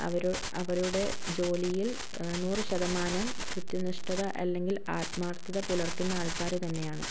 അവർ അവരുടെ ജോലിയിൽ നൂറ് ശതമാനം കൃത്യനിഷ്ഠത അല്ലെങ്കിൽ ആത്മാർത്ഥത പുലർത്തുന്ന ആൾക്കാർ തന്നെയാണ്